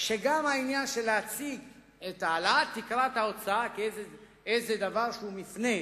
שגם להציג את העלאת תקרת ההוצאה כאיזה דבר שהוא מפנה,